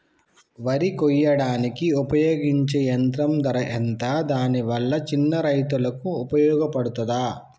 వరి కొయ్యడానికి ఉపయోగించే యంత్రం ధర ఎంత దాని వల్ల చిన్న రైతులకు ఉపయోగపడుతదా?